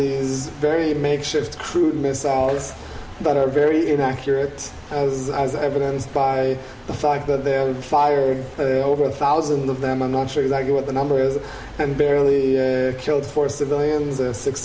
is very makeshift crude missiles that are very inaccurate as evidenced by the fact that they're fired over a thousand of them i'm not sure exactly what the number is and barely killed four civilians six